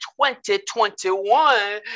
2021